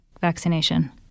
vaccination